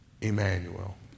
Emmanuel